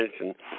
attention